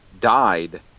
died